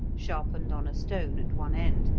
sharpened on a stone at one end,